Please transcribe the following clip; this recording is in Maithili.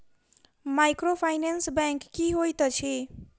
माइक्रोफाइनेंस बैंक की होइत अछि?